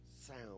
Sound